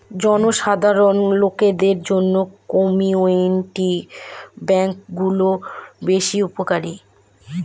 জনসাধারণ লোকদের জন্য কমিউনিটি ব্যাঙ্ক গুলো বেশ উপকারী